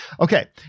Okay